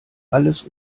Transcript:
alles